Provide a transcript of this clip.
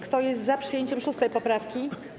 Kto jest za przyjęciem 6. poprawki?